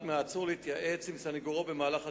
מהעצור להתייעץ עם סניגורו במהלך הדיון,